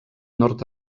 nord